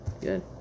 Good